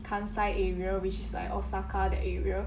kansai area which is like osaka that area